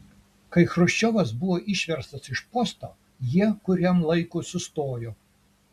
kai chruščiovas buvo išverstas iš posto jie kuriam laikui sustojo